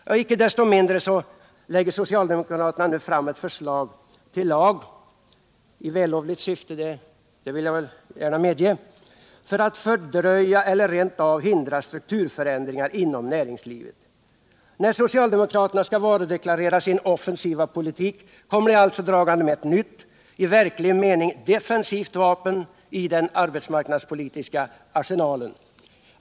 Ja, icke desto mindre lägger socialdemokraterna nu fram ett förslag till lag — i vällovligt syfte, det vill jag gärna medge — för att fördröja eller rent av hindra strukturförändringar inom näringslivet. När socialdemokraterna skall varudeklarera sin offensiva politik kommer de alltså dragande med ett nytt och i verklig mening defensivt vapen i den arbetsmarknadspolitiska arsenalen.